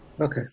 Okay